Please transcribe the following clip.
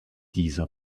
dieser